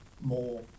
more